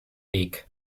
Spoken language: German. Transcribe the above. weg